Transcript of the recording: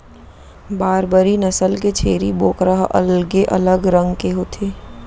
बारबरी नसल के छेरी बोकरा ह अलगे अलग रंग के होथे